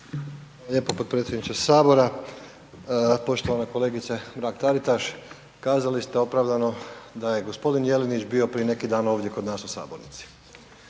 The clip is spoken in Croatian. Hvala potpredsjedniče Sabora. Poštovana kolegice Mrak Taritaš. Kazali ste opravdano da je gospodin Jelenić bio prije neki dan ovdje kod nas u sabornici.